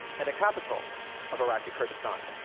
and the capital of iraqi kurdistan.